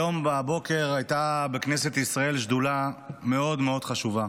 היום בבוקר הייתה בכנסת ישראל שדולה מאוד מאוד חשובה,